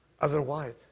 Otherwise